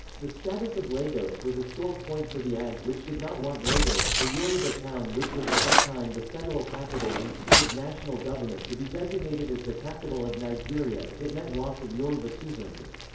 the status of lagos was a sore point for the ag which did not want lagos, a yoruba town which was at that time the federal capital and seat of national government to be designated as the capital of nigeria if it meant loss of yoruba suzerainty.